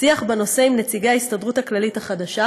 שיח בנושא עם נציגי ההסתדרות הכללית החדשה,